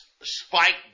spike